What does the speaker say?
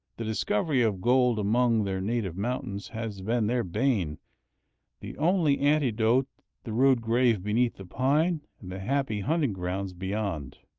the discovery of gold among their native mountains has been their bane the only antidote the rude grave beneath the pine and the happy hunting-grounds beyond.